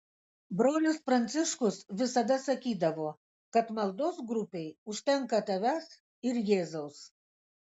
brolis pranciškus visada sakydavo kad maldos grupei užtenka tavęs ir jėzaus